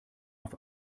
auf